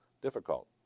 Difficult